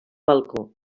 balcó